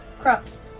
crops